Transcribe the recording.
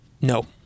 No